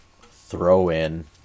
throw-in